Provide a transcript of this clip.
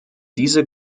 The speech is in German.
diese